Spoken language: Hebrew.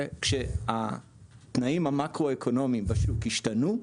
וכשהתנאים המאקרו-אקונומיים בשוק השתנו,